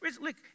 Look